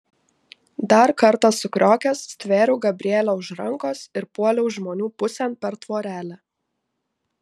dar kartą sukriokęs stvėriau gabrielę už rankos ir puoliau žmonių pusėn per tvorelę